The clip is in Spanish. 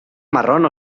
marrón